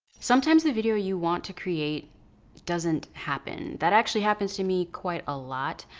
sometimes the video you want to create doesn't happen. that actually happens to me quite a lot.